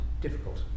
difficult